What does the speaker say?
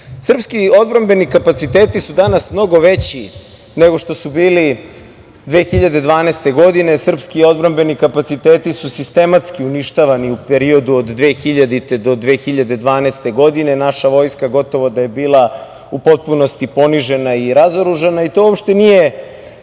SNS.Srpski odbrambeni kapaciteti su danas mnogo veći nego što su bili 2012. godine. Srpski odbrambeni kapaciteti su sistematski uništavani u periodu od 2000. do 2012. godine. Naša vojska gotovo da je bila u potpunosti ponižena i razoružana i to uopšte nije